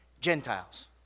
Gentiles